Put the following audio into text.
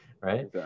Right